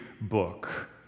book